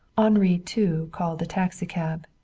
henri, too, called a taxicab.